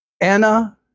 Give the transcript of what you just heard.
Anna